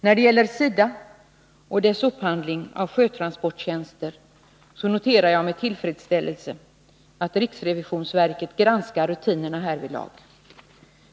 När det gäller SIDA och dess upphandling av sjötransporttjänster noterar jag med tillfredsställelse att riksrevisionsverket granskar rutinerna härvidlag.